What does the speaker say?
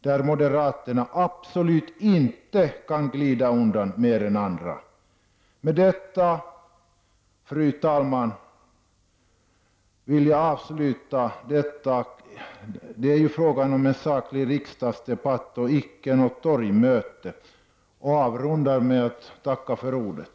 Där kan moderaterna absolut inte glida undan mer än andra. Fru talman! Det är fråga om en saklig riksdagsdebatt och icke om något torgmöte, därför vill jag avrunda med att tacka för ordet.